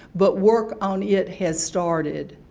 but work on it has started.